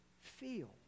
feel